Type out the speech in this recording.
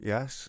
Yes